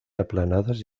aplanadas